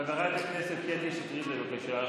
חברת הכנסת קטי שטרית, בבקשה.